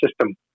system